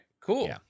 cool